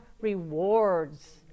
rewards